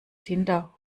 tinder